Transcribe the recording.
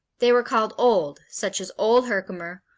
they were called old, such as old herkimer,